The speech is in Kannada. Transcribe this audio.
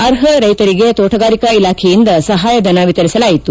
ಅರ್ಪ ರೈತರಿಗೆ ತೋಟಗಾರಿಕಾ ಇಲಾಖೆಯಿಂದ ಸಹಾಯ ಧನ ವಿತರಿಸಲಾಯಿತು